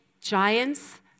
giants